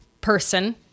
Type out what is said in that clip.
person